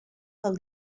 del